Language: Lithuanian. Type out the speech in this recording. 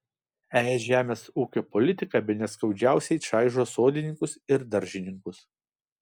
es žemės ūkio politika bene skaudžiausiai čaižo sodininkus ir daržininkus